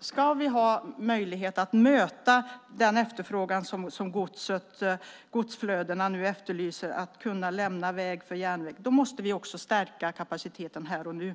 Ska vi ha möjlighet att möta den efterfrågan som nu efterlyses genom godsflödena och kunna lämna väg för järnväg måste vi stärka kapaciteten här och nu.